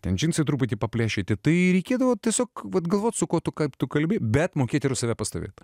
ten džinsai truputį paplėšyti tai reikėdavo tiesiog vat galvot su kuo tu kaip tu kalbi bet mokėti ir save pastovėti